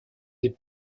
des